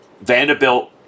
Vanderbilt